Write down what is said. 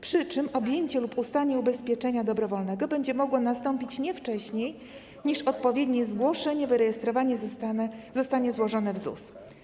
Przy czym objęcie lub ustanie ubezpieczenia dobrowolnego będzie mogło nastąpić nie wcześniej niż odpowiednie zgłoszenie, wyrejestrowanie zostanie złożone w ZUS.